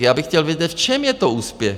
Já bych chtěl vědět, v čem je to úspěch?